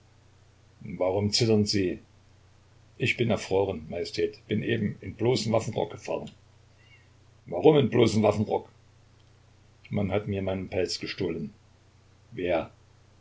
warum zittern sie ich bin erfroren majestät bin eben im bloßen waffenrock gefahren warum im bloßen waffenrock man hat mir meinen pelz gestohlen wer